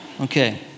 Okay